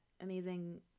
amazing